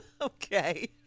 Okay